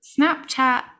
Snapchat